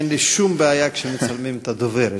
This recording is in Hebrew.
אין לי שום בעיה כשמצלמים את הדובר.